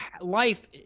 life